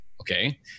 okay